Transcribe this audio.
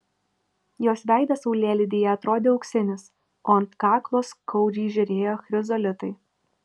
jos veidas saulėlydyje atrodė auksinis o ant kaklo skaudžiai žėrėjo chrizolitai